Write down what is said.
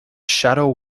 shadow